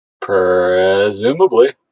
Presumably